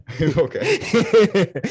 Okay